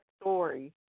story